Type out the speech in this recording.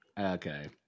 Okay